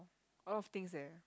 a lot of things eh